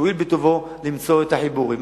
שיואיל בטובו למצוא את החיבורים.